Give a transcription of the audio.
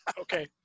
Okay